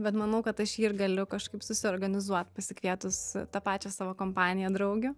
bet manau kad aš jį ir galiu kažkaip susiorganizuot pasikvietus tą pačią savo kompaniją draugių